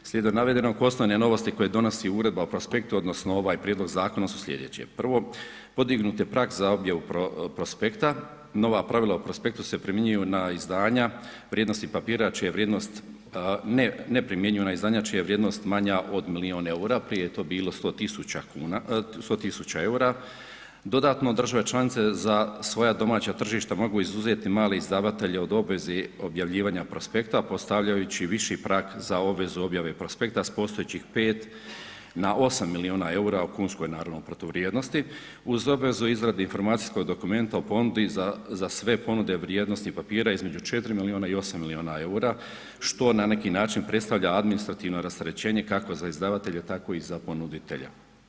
Slijedom navedenog, osnovne novosti koje donosi Uredba o prospektu odnosno ovaj prijedlog su slijedeće: Prvo, podignut je prag za objavu prospekta, nova pravila o prospektu se primjenjuju na izdanja vrijednosti papira čija je vrijednost, ne, ne primjenjuju na izdanja čija je vrijednost manja od milijun EUR-a, prije je to bilo 100.000,00 EUR-a, dodatno države članice za svoja domaća tržišta mogu izuzeti male izdavatelje od obveze objavljivanja prospekta postavljajući viši prag za obvezu objave prospekta s postojećih 5 na 8 milijuna EUR-a u kunskoj naravno protuvrijednosti uz obvezu izrade informacijskog dokumenta o ponudi za, za sve ponude vrijednosti papira između 4 milijuna i 8 milijuna EUR-a, što na neki način predstavlja administrativno rasterećenje kako za izdavatelje, tako i za ponuditelje.